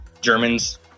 Germans